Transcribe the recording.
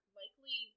likely